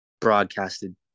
broadcasted